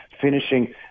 finishing